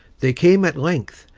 they came, at length,